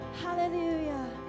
Hallelujah